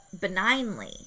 benignly